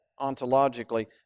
ontologically